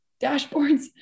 dashboards